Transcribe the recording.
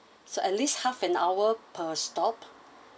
so at least half an hour per stop